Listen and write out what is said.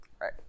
right